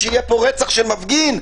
שיהיה פה רצח של מפגין?